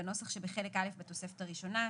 בנוסח שבחלק א' בתוספת הראשונה,